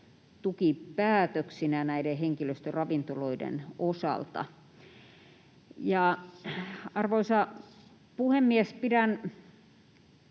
tukipäätöksinä näiden henkilöstöravintoloiden osalta. Arvoisa puhemies! Pidän